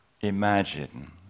imagine